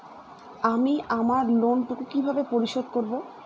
আমি আমার লোন টুকু কিভাবে পরিশোধ করব?